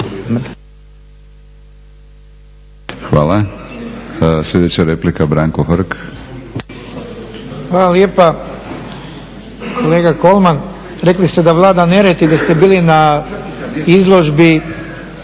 Hvala. Sljedeća replika Branko Hrg. **Hrg, Branko (HSS)** Hvala lijepa. Kolega Kolman, rekli ste da vlada nered i da ste bili na izložbi,